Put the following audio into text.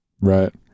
right